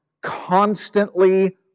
constantly